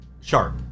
sharp